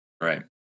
Right